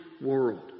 world